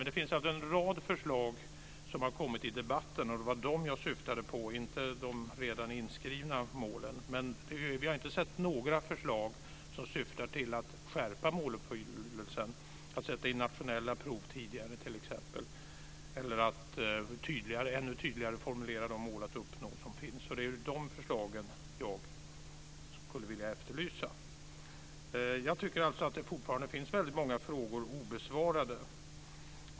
Det finns en rad förslag som har kommit i debatten. Det var de jag syftade på, inte de redan inskrivna målen. Men vi har inte sett några förslag som syftar till att skärpa måluppfyllelsen, att t.ex. sätta in nationella prov tidigare eller att ännu tydligare formulera de mål att uppnå som finns. Det är de förslagen jag skulle vilja efterlysa. Jag tycker alltså att det fortfarande finns väldigt många frågor obesvarade.